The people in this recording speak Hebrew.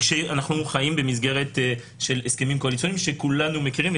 כשאנחנו חיים במסגרת של הסכמים קואליציוניים שכולנו מכירים,